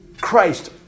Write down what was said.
Christ